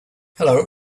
hello